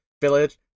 village